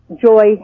Joy